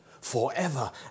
forever